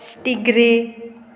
stingray